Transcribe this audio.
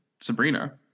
Sabrina